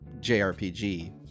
jrpg